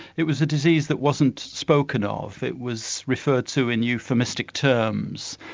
it was a disease that wasn't spoken of, it was referred to in euphemistic terms,